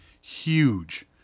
huge